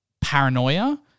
paranoia